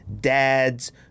dads